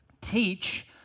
teach